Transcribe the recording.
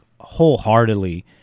wholeheartedly